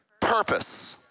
purpose